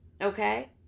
okay